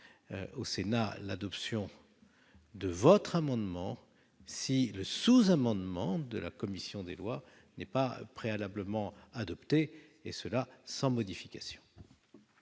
au Sénat l'adoption de l'amendement du Gouvernement si le sous-amendement de la commission des lois n'est pas préalablement adopté, et cela sans modification.